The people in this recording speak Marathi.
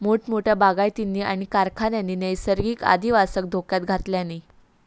मोठमोठ्या बागायतींनी आणि कारखान्यांनी नैसर्गिक अधिवासाक धोक्यात घातल्यानी